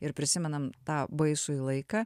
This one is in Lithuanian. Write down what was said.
ir prisimenam tą baisųjį laiką